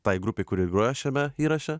tai grupei kuri ir groja šiame įraše